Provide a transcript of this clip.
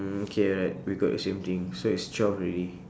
mm okay alright we got the same thing so it's twelve already